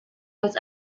votes